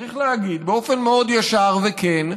צריך להגיד באופן מאוד ישר וכן,